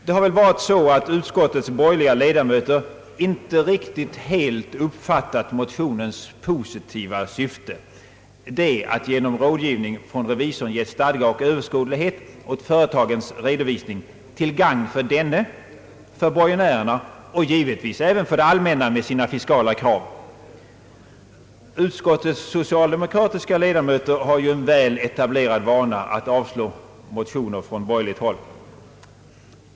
Det har väl varit så att utskottets borgerliga ledamöter inte riktigt helt har uppfattat motionens positiva syfte, det att genom rådgivning från revisorn ge stadga och överskådlighet åt företagens redovisning, till gagn för denna, för borgenärerna och givetvis även för det allmänna med sina fiskala krav. Utskottets socialdemokratiska ledamöter har ju en väletablerad vana att avslå motioner från borgerligt håll.